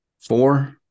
Four